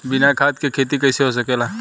बिना खाद के खेती कइसे हो सकेला?